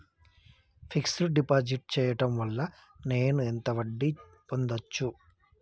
Fix డ్ deposit చేయటం వల్ల నేను ఎంత వడ్డీ పొందచ్చు?